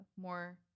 more